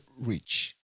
reach